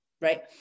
Right